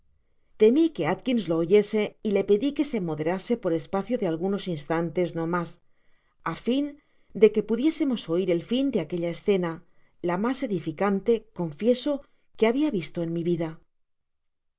temi que alkias lo oyese y le pedi que se moderase por espacio de algunos instantes no mas á fin de que pudiésemos oir el fin de aquella escena la mas edificante confieso que habia visto en mi vida